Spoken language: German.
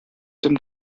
dem